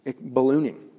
ballooning